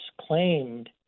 claimed